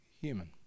human